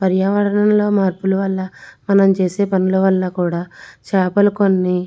పర్యావరణంలో మార్పుల వల్ల మనం చేసే పనుల వలన కూడా చేపలు కొన్ని